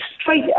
straight